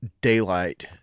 daylight